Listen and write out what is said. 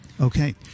Okay